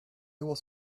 was